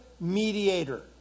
mediator